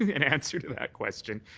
in answer to that question,